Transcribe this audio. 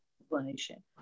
explanation